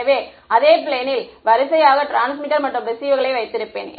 எனவே அதே பிளேனில் வரிசையான டிரான்ஸ்மிட்டர் மற்றும் ரிசீவர்களை வைத்திருப்பேன்